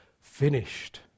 finished